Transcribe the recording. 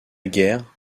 guerre